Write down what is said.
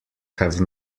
have